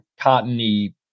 cottony